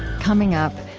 coming up,